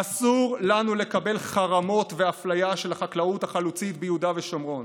אסור לנו לקבל חרמות ואפליה של החקלאות החלוצית ביהודה ושומרון.